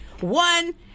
One